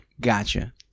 Gotcha